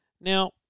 Now